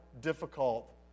difficult